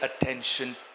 attention